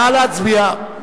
סעיפים 1 2 נתקבלו.